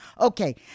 Okay